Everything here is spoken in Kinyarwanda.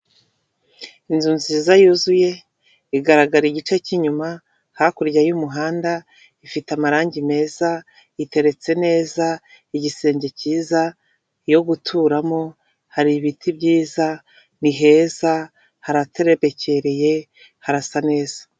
Inzu nziza yuzuye, igaragara igice cyuma, hakurya y'umuhanda, ifite amarangi meza, iteretse neza, igisenge cyiza, yo guturamo, hari ibiti byiza, ni heza, haraterebekereye, harasa neza.